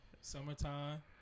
Summertime